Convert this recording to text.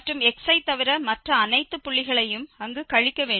மற்றும் xi தவிர மற்ற அனைத்து புள்ளிகளையும் அங்கு கழிக்க வேண்டும்